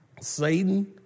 Satan